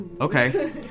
Okay